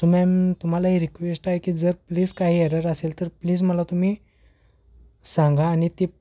so ma'am तुम्हाला ही request आहे की जर प्लीज काही एरर असेल तर प्लीज मला तुम्ही सांगा आणि ते